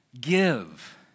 Give